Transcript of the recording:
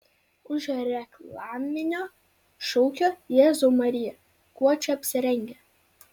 už reklaminio šūkio jėzau marija kuo čia apsirengę